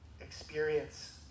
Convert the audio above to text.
experience